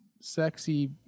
Sexy